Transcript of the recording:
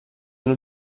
non